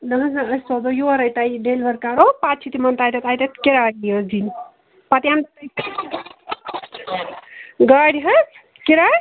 نَہ حظ نَہ أسۍ سوزو یورے تۄہہِ یہِ ڈیٚلِور کَرو پتہٕ چھِ تِمن تَتٮ۪تھ اَتٮ۪تھ کِراے یوژ دِنۍ پتہٕ ین گاڑِ حظ کِراے